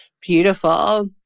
Beautiful